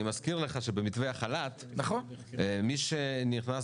אני מזכיר לך שבמתווה החל"ת מי שנכנס